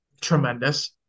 tremendous